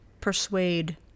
Persuade